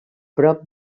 prop